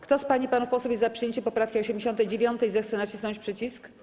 Kto z pań i panów posłów jest za przyjęciem poprawki 89., zechce nacisnąć przycisk.